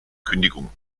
kündigung